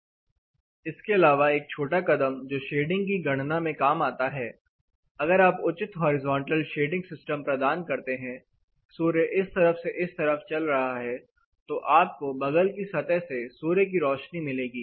VSTPhtanε इसके अलावा एक छोटा कदम जो शेडिंग की गणना में काम आता है अगर आप उचित हॉरिजॉन्टल ट्रेडिंग सिस्टम प्रदान करते हैं सूर्य इस तरफ से इस तरफ चल रहा है तो आप को बगल की सतह से सूर्य की रौशनी मिलेगी